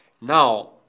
Now